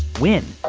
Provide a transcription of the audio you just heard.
when?